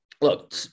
Look